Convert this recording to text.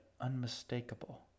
unmistakable